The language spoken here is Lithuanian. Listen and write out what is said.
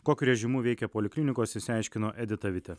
kokiu režimu veikia poliklinikos išsiaiškino edita vitė